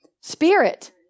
Spirit